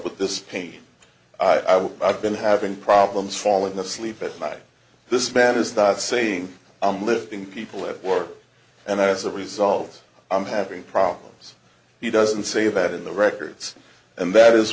with this pain i've been having problems falling asleep at night this man is saying i'm lifting people at work and as a result i'm having problems he doesn't say that in the records and that is